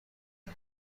وحش